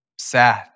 sad